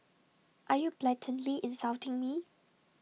are you blatantly insulting me